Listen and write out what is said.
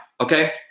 okay